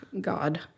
God